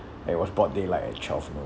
it was broad daylight at twelve noon